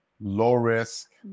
low-risk